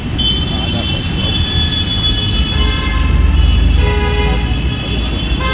खाद आ पशु अवशिष्ट मे अमोनिया होइ छै, जे वायु कें प्रदूषित करै छै